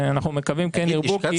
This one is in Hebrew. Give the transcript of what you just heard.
ואנחנו מקווים כן ירבו.